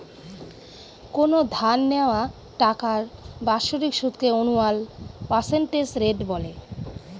কোনো ধার নেওয়া টাকার বাৎসরিক সুদকে আনুয়াল পার্সেন্টেজ রেট বলে